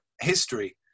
history